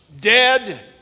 dead